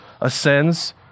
ascends